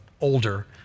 older